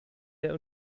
der